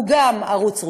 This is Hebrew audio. הוא גם ערוץ רוסי,